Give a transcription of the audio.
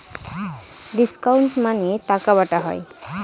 discount মানে টাকা বাটা হয়